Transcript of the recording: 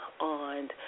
on